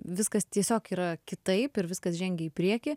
viskas tiesiog yra kitaip ir viskas žengia į priekį